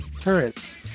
turrets